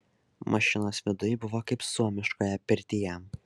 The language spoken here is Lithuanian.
mašinos viduj buvo kaip suomiškoje pirtyje